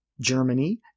Germany